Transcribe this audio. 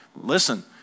Listen